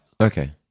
Okay